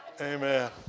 Amen